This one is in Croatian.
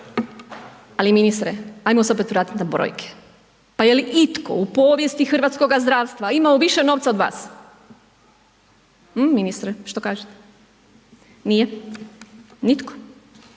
Ali ministre, ajmo se opet vratiti na brojke, pa je li itko u povijesti hrvatskoga zdravstva imao više novaca od vas? Ministre što kažete? Nije. Nitko.